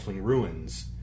ruins